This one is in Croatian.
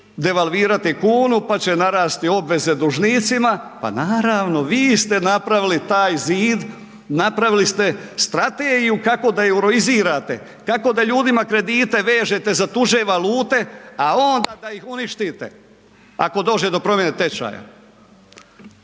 devalvirati kunu, pa će narasti obveze dužnicima, pa naravno vi ste napravili taj zid, napravili ste strategiju kako da euroizirate, kako da ljudima kredite vežete za tuđe valute, a onda da ih uništite ako dođe do promjene tečaja,